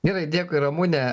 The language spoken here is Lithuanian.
gerai dėkui ramune